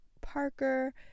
Parker